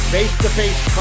Face-to-face